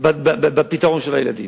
בפתרון של הילדים.